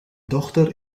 dochter